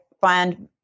find